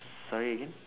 sorry again